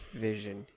Vision